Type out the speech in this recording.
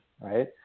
Right